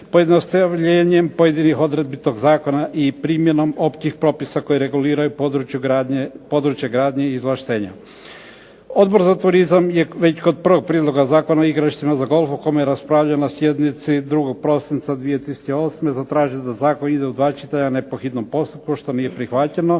pojednostavljenjem pojedinih odredbi toga zakona i primjenom općih propisa koji reguliraju područje gradnje izvlaštenja. Odbor za turizam je već kod prvog prijedloga Zakona o igralištima za golf o kome je raspravljeno na sjednici 2. prosinca 2008. zatražio da zakon ide u dva čitanja, a ne po hitnom postupku što nije prihvaćeno.